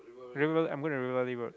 river I'm going to River Valley road